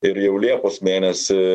ir jau liepos mėnesį